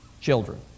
children